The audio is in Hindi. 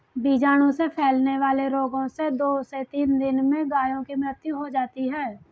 बीजाणु से फैलने वाले रोगों से दो से तीन दिन में गायों की मृत्यु हो जाती है